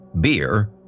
beer